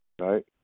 Right